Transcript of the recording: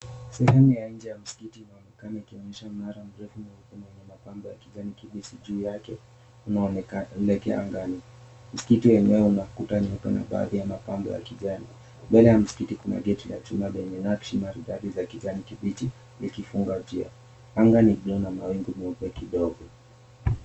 Sehemu ya nje ya msikiti inaonekana, ikionyesha mnara mrefu mweupe, wenye mapambo ya kijani kibichi juu yake. Unaonekana kilele angani. Msikiti wenyewe una kuta yenye iko na baadhi ya mapambo ya kijani. Mbele ya msikiti kuna geti la chuma lenye nakshi maridadi za kijani kibichi, likifunga njia. Anga ni blue na mawingu meupe kidogo.